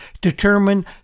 determine